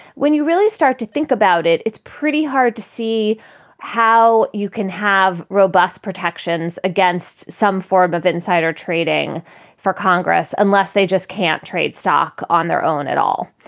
when you really start to think about it, it's pretty hard to see how you can have robust protections against some form of insider trading for congress unless they just can't trade stock on their own at all,